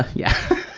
yeah.